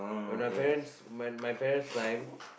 when my parents when my parents time